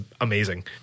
amazing